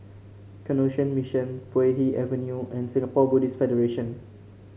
Canossian Mission Puay Hee Avenue and Singapore Buddhist Federation